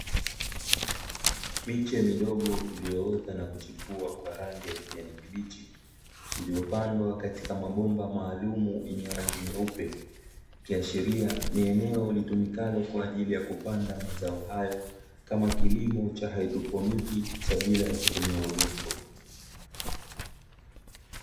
Miche midogo iliyoota na kuchipua kwa rangi kijani kibichi, iliyopandwa katika mabomba maalumu yenye rangi nyeupe. Likiashiria ni eneo litumikalo kwa ajili ya kupanda mazao hayo, kama kilimo cha hydroponi cha bila ya kutumia udongo.